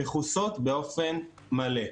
מכוסה באופן מלא.